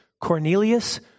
Cornelius